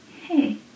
hey